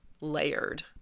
layered